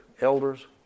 elders